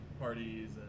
parties